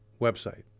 website